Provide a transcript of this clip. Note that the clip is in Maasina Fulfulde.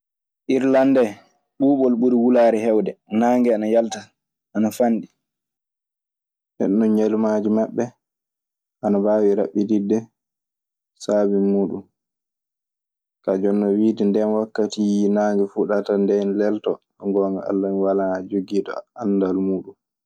Irlande hen dee, ɓubol ɓuri wulare hewde nage ana yalta ana fanɗi. Nden non ñalawmaaji maɓɓe ana mbaawi raɓɓiɗiɗde saabi muuɗun. Kaa jooni non, wiide nden wakkati naange fuɗata, nden leloto. So ngoonga Alla, mi walaa jogiiɗo anndal muuɗun.